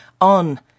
on